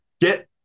get